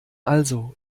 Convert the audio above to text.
also